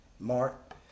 Mark